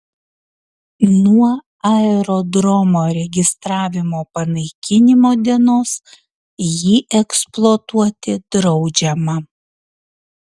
nuo aerodromo registravimo panaikinimo dienos jį eksploatuoti draudžiama